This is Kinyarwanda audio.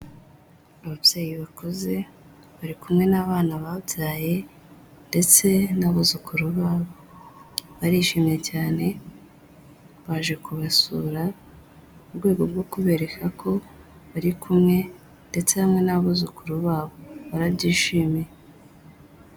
Ababyeyi bakuze bari kumwe n'abana babyaye ndetse n'abuzukuru babo, barishimye cyane baje kubasura, mu rwego rwo kubereka ko bari kumwe ndetse hamwe n'abuzukuru babo barabyishimiye.